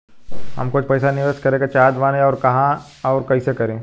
हम कुछ पइसा निवेश करे के चाहत बानी और कहाँअउर कइसे करी?